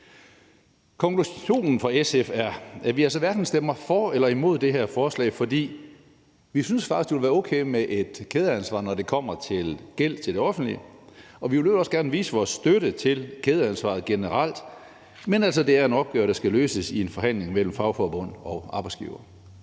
Konklusion fra SF er, at vi altså hverken stemmer for eller imod det her forslag. For vi synes faktisk, det ville være okay med et kædeansvar, når det kommer til gæld til det offentlige, og vi vil i øvrigt også gerne vise vores støtte til kædeansvaret generelt, men vi mener altså, det er en opgave, der skal løses i en forhandling mellem fagforbund og arbejdsgivere.